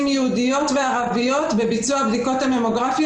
יהודיות וערביות בביצוע בדיקות הממוגרפיה,